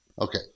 Okay